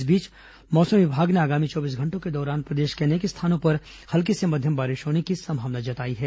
इस बीच मौसम विभाग ने आगामी चौबीस घंटों के दौरान प्रदेश के अनेक स्थानों पर हल्की से मध्यम बारिश होने की संभावना जताई है